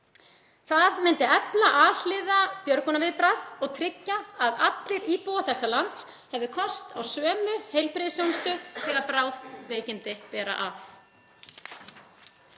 Það myndi efla alhliða björgunarviðbragð og tryggja að allir íbúar þessa lands hefðu kost á sömu heilbrigðisþjónustu þegar bráð veikindi ber að